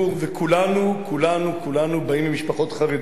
כולנו כולנו כולנו באים ממשפחות חרדיות,